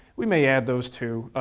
we may add those too,